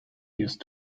used